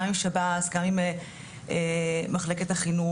גם עם שב"ס, גם עם מחלקת החינוך.